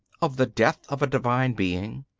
of the death of a divine being,